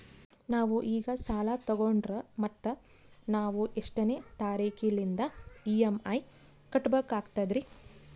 ನಾವು ಈಗ ಸಾಲ ತೊಗೊಂಡ್ರ ಮತ್ತ ನಾವು ಎಷ್ಟನೆ ತಾರೀಖಿಲಿಂದ ಇ.ಎಂ.ಐ ಕಟ್ಬಕಾಗ್ತದ್ರೀ?